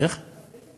מרבית התקציב